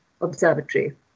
observatory